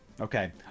Okay